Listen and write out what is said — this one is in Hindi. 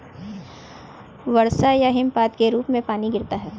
वर्षा या हिमपात के रूप में पानी गिरता है